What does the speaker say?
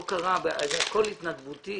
הכול התנדבותי.